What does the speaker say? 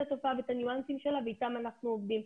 התופעה ואת הניואנסים שלה ואתם אנחנו עובדים.